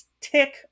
tick